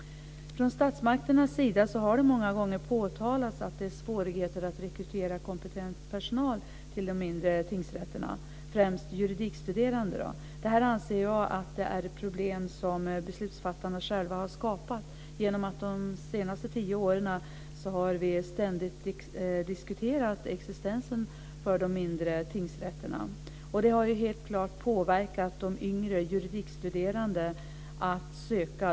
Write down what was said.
Från statsmakternas sida har det många gånger påtalats att det finns svårigheter med att rekrytera kompetent personal - främst juridikstuderande - till de mindre tingsrätterna. Jag anser att detta är ett problem som beslutsfattarna själva har skapat genom att vi under de senaste tio åren ständigt har diskuterat existensen av de mindre tingsrätterna. Det har helt klart påverkat de yngre juridikstuderande när de ska söka.